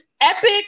epic